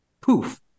poof